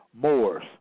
Moors